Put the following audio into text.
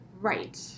Right